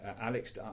Alex